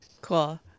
Cool